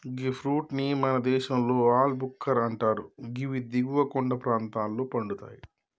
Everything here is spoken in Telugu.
గీ ఫ్రూట్ ని మన దేశంలో ఆల్ భుక్కర్ అంటరు గివి దిగువ కొండ ప్రాంతంలో పండుతయి